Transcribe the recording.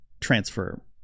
transfer